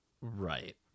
Right